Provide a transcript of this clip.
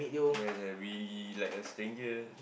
yea yea we like a stranger